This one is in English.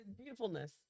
Beautifulness